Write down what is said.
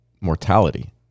mortality